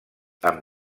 amb